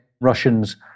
Russians